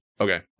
Okay